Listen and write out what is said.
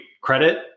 credit